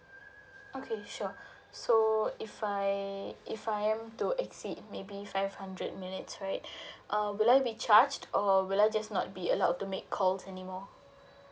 okay sure so if I if I am to exceed maybe five hundred minutes right um would I be charged or will I just not be allowed to make calls anymore